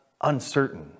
uncertain